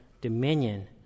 dominion